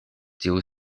tiu